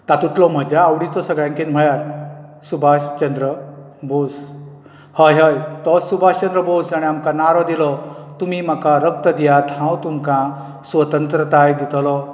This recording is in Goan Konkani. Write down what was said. तातुंतलो म्हज्या आवडीचो सगळ्यांकीन म्हणल्यार सुभाष चंद्र भोस हय हय तोच सुभाष चंद्र भोस जाणे आमकां नारो दिलो तुमी म्हाका रगत दियात हांव तुमकां स्वतंत्रताय दितलो